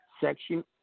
Section